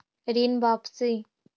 ऋण वापसी?